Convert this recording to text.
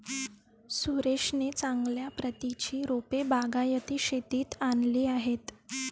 सुरेशने चांगल्या प्रतीची रोपे बागायती शेतीत आणली आहेत